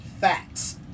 facts